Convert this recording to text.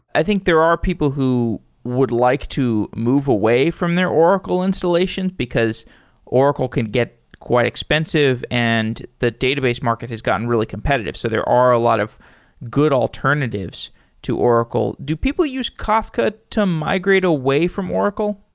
i think there are people who would like to move away from their oracle installations, because oracle can get quite expensive and the database market has gotten really competitive. so there are a lot of good alternatives to oracle. do people use kafka to migrate away from oracle?